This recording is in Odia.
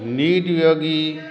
ନୀଡ଼୍ ୟୋଗୀ